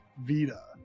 Vita